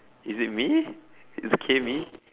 is it me is K me